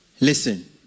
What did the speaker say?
Listen